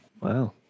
wow